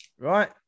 right